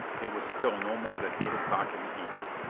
it was still no more than eight o'clock in the evening.